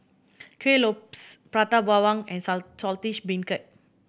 Kuih Lopes Prata Bawang and Saltish Beancurd